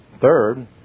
Third